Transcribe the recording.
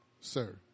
sir